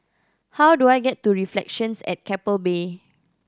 how do I get to Reflections at Keppel Bay